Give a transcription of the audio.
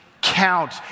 count